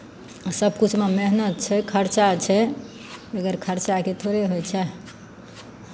सभकिछुमे मेहनत छै खरचा छै बगैर खरचाके थोड़े होइ छै